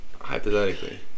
Hypothetically